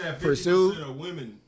pursue